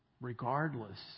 regardless